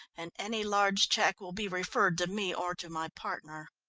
and any large cheque will be referred to me or to my partner.